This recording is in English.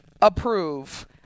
approve